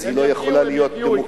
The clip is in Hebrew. אז היא לא יכולה להיות דמוקרטית.